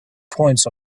points